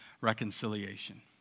reconciliation